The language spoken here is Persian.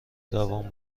دوام